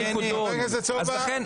בכנסת, לכן